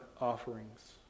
offerings